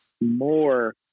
more